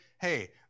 hey